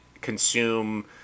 consume